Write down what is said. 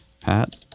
Pat